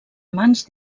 mans